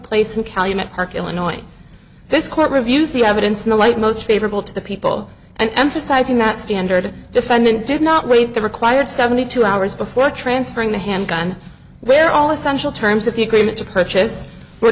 calumet park illinois this court reviews the evidence in the light most favorable to the people and emphasizing that standard defendant did not wait the required seventy two hours before transferring the handgun where all essential terms if you commit to purchase were